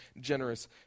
generous